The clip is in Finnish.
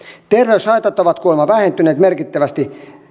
terveyshaitat ovat kuulemma vähentyneet merkittävästi